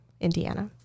Indiana